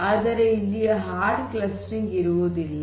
ಆದರೆ ಇಲ್ಲಿ hard clustering ಇರುವುದಿಲ್ಲ